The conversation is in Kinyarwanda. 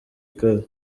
ikaze